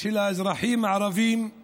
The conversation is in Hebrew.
של האזרחים הערבים במדינה?